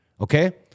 okay